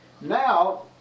Now